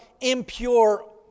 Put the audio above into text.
impure